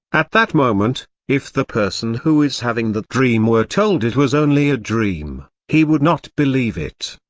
at that moment, if the person who is having that dream were told it was only a dream, he would not believe it.